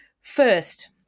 First